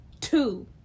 two